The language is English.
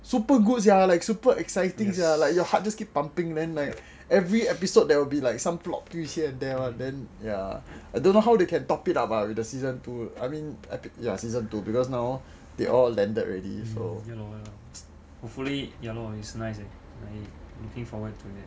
super good sia like super exciting sia like your heart just keep pumping then like every episode there will be like some plot twist here and there lah then ya I don't know how to get top it up out of the season two I mean epic ah season two because now they all landed already